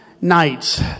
nights